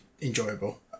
enjoyable